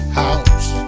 house